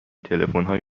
تلفنهای